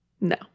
No